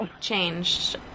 changed